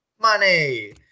Money